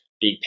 big